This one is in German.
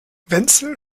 wenzel